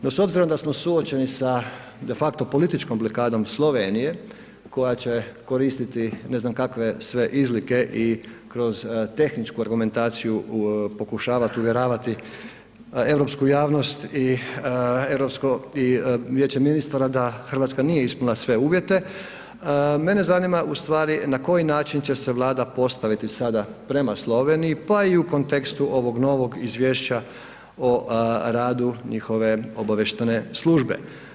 No s obzirom da smo suočeni sa de facto političkom blokadom Slovenije koja će koristiti ne znam kakve sve izlike i kroz tehničku argumentaciju pokušavati uvjeravati europsku javnost i europsko i Vijeće ministara da Hrvatska nije ispunila sve uvjete, mene zanima ustvari na koji način će se Vlada postaviti sada prema Sloveniji pa i u kontekstu ovog novog izvješća o radu njihove obavještajne službe.